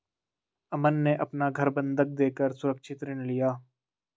अमन ने अपना घर बंधक देकर सुरक्षित ऋण लिया